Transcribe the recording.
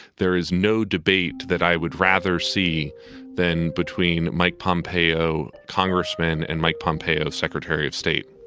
there is no debate that i would rather see than between mike pompeo. congressman and mike pompeo, secretary of state